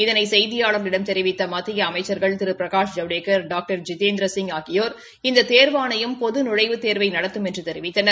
இதனை செய்தியாளர்களிடம் தெரிவித்த மத்திய அமைச்சர்கள் திரு பிரகாஷ் ஜவடேக்கர் டாக்டர் ஜிதேந்திரசிங் இந்த தேர்வாணையம் பொது நுழைவுத் தேர்வை நடத்தும் என்று தெரிவித்தனர்